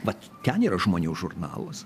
vat ten yra žmonių žurnalas